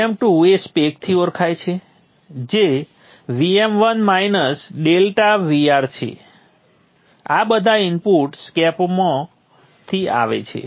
Vm2 એ સ્પેકથી ઓળખાય છે જે Vm1 ∆Vr છે આ બધા ઇનપુટ સ્પેકમાંથી આવે છે